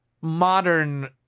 modern